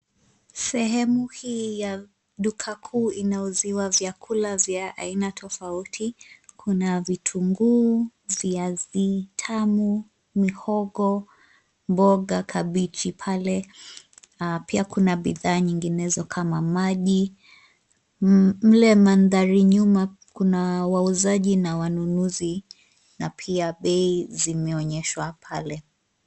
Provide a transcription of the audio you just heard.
Sehemu hii ya duka kuu inauziwa vyakula vya aina tofauti. Kuna vitunguu, viazi tamu, mihogo, mboga, kabichi pale, pia kuna bidhaa nyinginezo kama maji. Mle mandhari nyuma kuna wauzaji na wanunuzi na pia bei zimeonyeshwa pale.